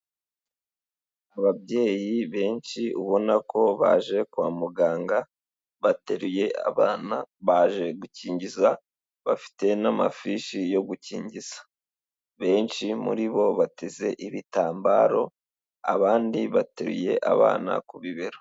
Ababyeyi benshi ubona ko baje kwa muganga, bateruye abana baje gukingiza, bafite n'amafishi yo gukingiza, benshi muri bo bateze ibitambaro, abandi bateruye abana ku bibero.